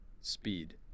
speed